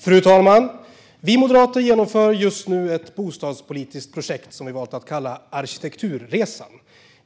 Fru talman! Vi moderater genomför just nu ett bostadspolitiskt projekt som vi har valt att kalla Arkitekturresan.